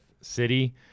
city